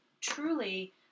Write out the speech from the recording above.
truly